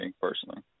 personally